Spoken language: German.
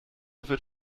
wird